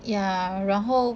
ya 然后